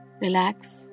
relax